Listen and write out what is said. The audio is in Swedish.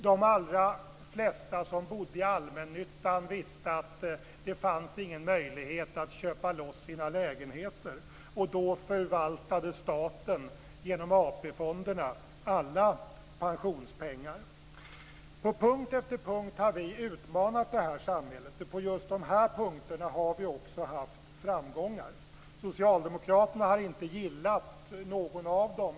De allra flesta som bodde i allmännyttan visste att det inte fanns någon möjlighet att köpa loss sina lägenheter. Staten förvaltade genom På punkt efter punkt har vi utmanat detta samhälle. På just dessa punkter har vi också haft framgångar. Socialdemokraterna har inte gillat någon av dem.